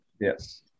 Yes